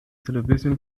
television